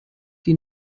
die